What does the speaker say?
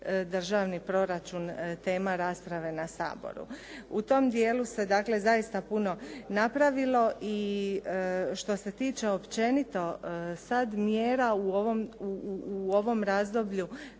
državni proračun tema rasprave na Saboru. U tom dijelu se dakle zaista puno napravilo i što se tiče općenito sad mjera u ovom razdoblju